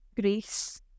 grace